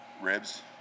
ribs